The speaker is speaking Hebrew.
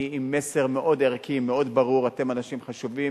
עם מסר מאוד ערכי, מאוד ברור: אתם אנשים חשובים,